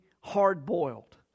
hard-boiled